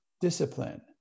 discipline